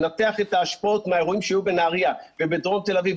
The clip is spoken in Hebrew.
לנתח את ההשפעות מהאירועים שהיו בנהריה ובדרום תל אביב,